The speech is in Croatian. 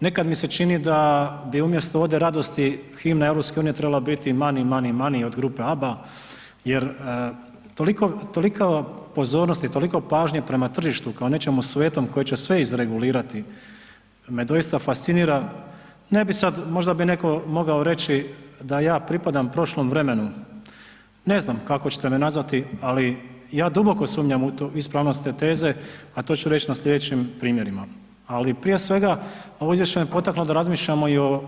Nekada mi se čini da bi umjesto „Ode radosti“ himna EU trebala biti „Money, money, money“ od grupe ABBA jer toliko pozornosti i toliko pažnje prema tržištu kao nečemu svetom koje će sve izregulirati, me doista fascinira, ne bi sad, možda bi netko mogao reći da ja pripadam prošlom vremenu, ne znam kako ćete me nazvati, ali ja duboko sumnjam u tu ispravnost te teze, a to ću reći na slijedećim primjerima, ali prije svega ovo izvješće me potaklo da razmišljamo i o